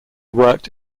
worked